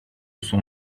sont